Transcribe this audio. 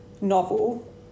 novel